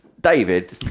David